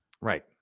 Right